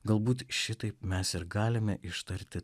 galbūt šitaip mes ir galime ištarti